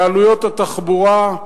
בעלויות התחבורה,